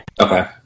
Okay